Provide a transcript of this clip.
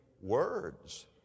words